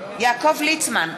יעקב ליצמן,